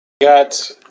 got